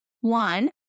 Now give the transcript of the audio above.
One